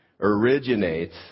originates